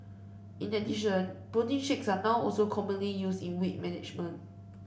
in addition protein shakes are now also commonly used in weight management